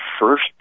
first